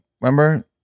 remember